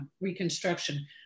reconstruction